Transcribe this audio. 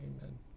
Amen